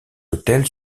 autel